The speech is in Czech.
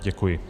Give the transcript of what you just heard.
Děkuji.